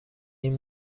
این